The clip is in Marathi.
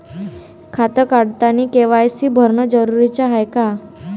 खातं काढतानी के.वाय.सी भरनं जरुरीच हाय का?